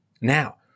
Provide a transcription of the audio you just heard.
Now